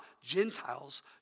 Gentiles